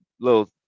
little